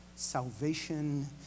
Salvation